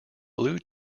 blue